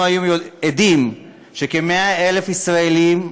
אנחנו היום עדים לכך שכ-100,000 ישראלים,